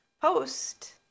post